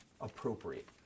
appropriate